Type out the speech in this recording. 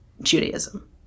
Judaism